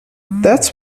that’s